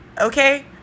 okay